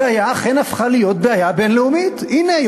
הבעיה אכן הפכה להיות בעיה בין-לאומית: הנה,